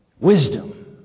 wisdom